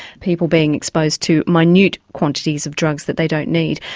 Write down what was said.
people being exposed to minute quantities of drugs that they don't need.